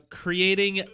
creating